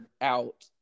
out